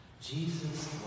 Jesus